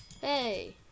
Hey